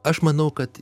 aš manau kad